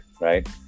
right